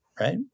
Right